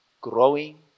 growing